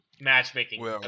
matchmaking